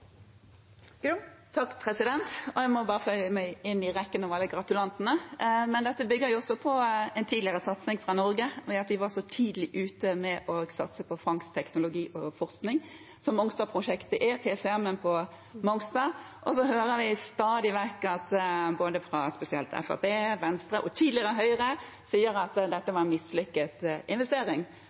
Jeg må bare føye meg inn i rekken av alle gratulantene. Men dette bygger jo også på en tidligere satsing fra Norge og at vi var så tidlig ute med å satse på fangstteknologi og forskning – Mongstad-prosjektet, TCM på Mongstad. Så hører vi stadig vekk spesielt Fremskrittspartiet, Venstre og – tidligere – Høyre si at dette var en mislykket investering.